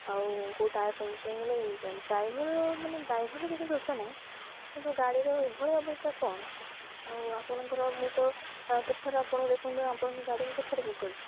ଆଉ କୋଉ tyre puncture ହେଇଗଲେ ଏମିତିଆ ଡ୍ରାଇଭର୍ ମାନେ ଡ୍ରାଇଭର୍ କିଛି ଦୋଷ ନାହିଁ କିନ୍ତୁ ଗାଡ଼ିର ଏଇଭଳିଆ ଅବସ୍ଥା କ'ଣ ଆଉ ଆପଣଙ୍କର ମୁଁ ତ କେତଥର ଆପଣଙ୍କୁ ଦେଖନ୍ତୁ ଆପଣଙ୍କ ଗାଡ଼ି ମୁଁ କେତଥର ବୁକ୍ କରିଛିି